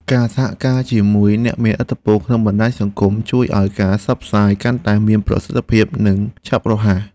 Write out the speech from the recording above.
ការសហការជាមួយអ្នកមានឥទ្ធិពលក្នុងបណ្តាញសង្គមជួយឱ្យការផ្សព្វផ្សាយកាន់តែមានប្រសិទ្ធភាពនិងឆាប់រហ័ស។